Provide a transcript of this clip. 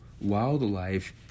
wildlife